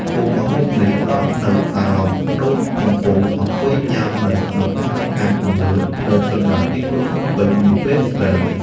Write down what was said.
មុខម្ហូបនេះផ្តល់នូវអារម្មណ៍ដូចកំពុងអង្គុយញ៉ាំនៅក្នុងអាហារដ្ឋានទំនើបនៅកណ្តាលទីក្រុងភ្នំពេញនាពេលរាត្រី។